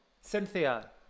Cynthia